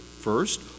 first